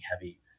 heavy